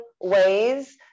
ways